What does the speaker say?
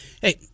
Hey